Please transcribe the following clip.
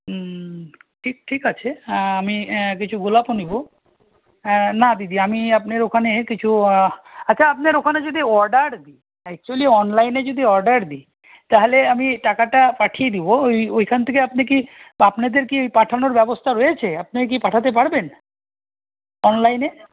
হম ঠিক ঠিক আছে আমি কিছু গোলাপও নেবো না দিদি আমি আপনার ওখানে কিছু আচ্ছা আপনার ওখানে যদি অর্ডার দিই অ্যাকচুয়েলি অনলাইনে যদি অর্ডার দিই তাহলে আমি টাকাটা পাঠিয়ে দেবো ওই ওইখান থেকে আপনি কি আপনাদের কি ওই পাঠানোর ব্যবস্থা রয়েছে আপনি কি পাঠাতে পারবেন অনলাইনে